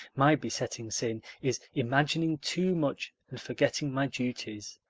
my besetting sin is imagining too much and forgetting my duties.